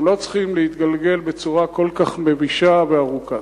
הם לא צריכים להתגלגל בצורה כל כך מבישה וארוכה.